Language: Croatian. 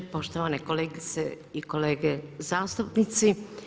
Poštovane kolegice i kolege zastupnici.